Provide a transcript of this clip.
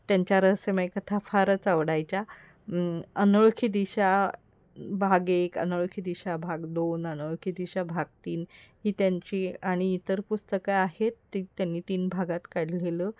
त्यांच्या रहस्यमय कथा फारच आवडायच्या अनोळखी दिशा भाग एक अनोळखी दिशा भाग दोन अनोळखी दिशा भाग तीन ही त्यांची आणि इतर पुस्तकं आहेत ती त्यांनी तीन भागात काढलेलं